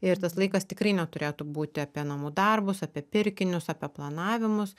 ir tas laikas tikrai neturėtų būti apie namų darbus apie pirkinius apie planavimus